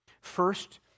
First